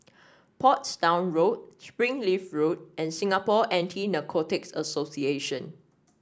Portsdown Road Springleaf Road and Singapore Anti Narcotics Association